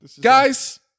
Guys